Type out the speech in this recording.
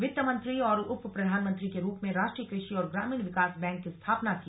वित्त मंत्री और उपप्रधानमंत्री के रूप में राष्ट्रीय कृषि और ग्रामीण विकास बैंक की स्थापना की